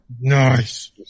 Nice